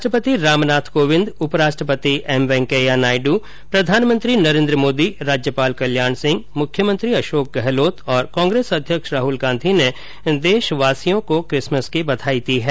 राष्ट्रपति रामनाथ कोविंद उपराष्ट्रपति उम वैकेया नायडू प्रधानमंत्री नरेन्द्र मोदी राज्यपाल कल्याण सिंह मुख्यमंत्री अशोक गहलोत और कांग्रेस अध्यक्ष राहल गांधी ने देशवासियों को किसमस की बधाई दी है